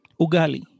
ugali